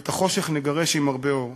ואת החושך נגרש עם הרבה אור.